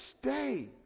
stay